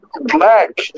black